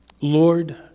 Lord